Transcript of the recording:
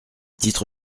titre